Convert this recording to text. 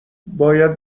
باید